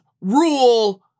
rule